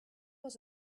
was